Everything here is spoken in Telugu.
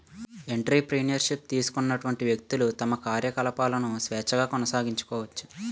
ఎంటర్ప్రెన్యూర్ షిప్ తీసుకున్నటువంటి వ్యక్తులు తమ కార్యకలాపాలను స్వేచ్ఛగా కొనసాగించుకోవచ్చు